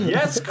Yes